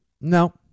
No